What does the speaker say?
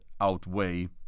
outweigh